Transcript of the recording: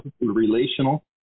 relational